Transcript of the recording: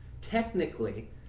technically